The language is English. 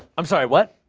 i'm sorry, what?